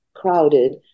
crowded